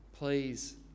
please